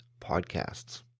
podcasts